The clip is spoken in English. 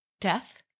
Death